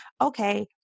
Okay